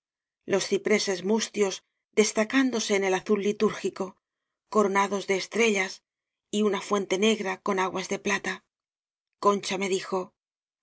los cipreses mustios destacándose en el azul litúrgico coronados de estrellas y una iuente negra con aguas de plata concha me dijo